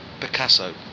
Picasso